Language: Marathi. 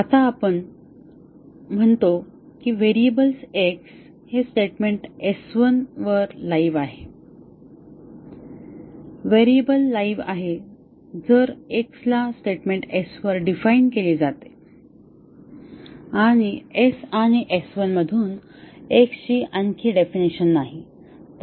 आता आपण म्हणतो की व्हेरिएबल X हे स्टेटमेंट S1 वर लाइव्ह आहे व्हेरिएबल लाईव्ह आहे जर x ला स्टेटमेंट S वर डिफाइन केले जाते आणि S आणि S1 मधून X ची आणखी डेफिनिशन नाही